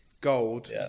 gold